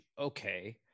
Okay